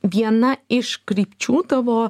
viena iš krypčių tavo